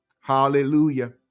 Hallelujah